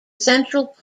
central